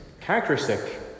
characteristic